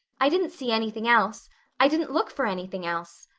i didn't see anything else i didn't look for anything else.